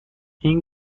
این